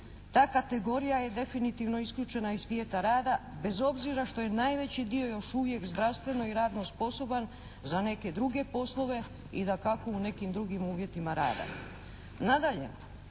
Ta kategorija je definitivno isključena iz svijeta rada bez obzira što je najveći dio još uvijek zdravstveno i radno sposoban za neke druge poslove i dakako u nekim drugim uvjetima rada. Nadalje,